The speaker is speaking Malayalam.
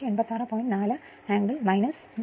4 angle 1